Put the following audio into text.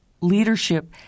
leadership